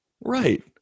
Right